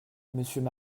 monsieur